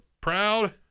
Proud